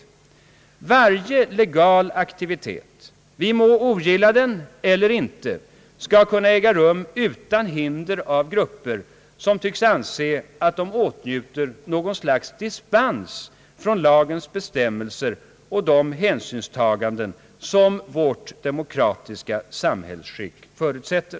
Varje legal aktivitet — vi må ogilla den eller inte — skall kunna äga rum utan hinder av grupper som tycks anse att de åtnjuter något slag av dispens från lagens bestämmelser och de hänsynstagandenp som vårt samhällsskick förutsätter.